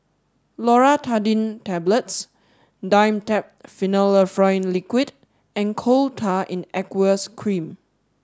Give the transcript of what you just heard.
Loratadine Tablets Dimetapp Phenylephrine Liquid and Coal Tar in Aqueous Cream